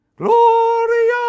Gloria